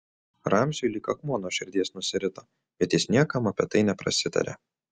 ramziui lyg akmuo nuo širdies nusirito bet jis niekam apie tai neprasitarė